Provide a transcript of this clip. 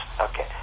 Okay